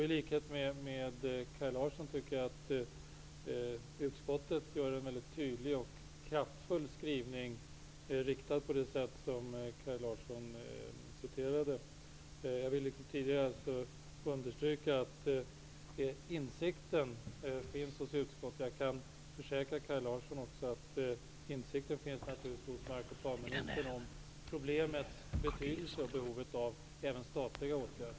I likhet med Kaj Larsson tycker jag att utskottets skrivning, som Kaj Larsson också citerade, är väldigt tydlig och kraftfull. Jag vill än en gång understryka att insikten finns hos utskottet. Jag kan försäkra Kaj Larsson om att insikten naturligtvis finns hos mark och planministern om problemets betydelse och behovet av även statliga åtgärder.